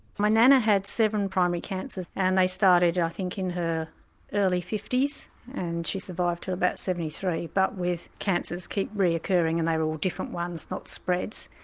my nana had seven primary cancers and they started i think in her early fifty s and she survived to about seventy three. but with cancers keep reoccurring and they were all different ones, not spreads.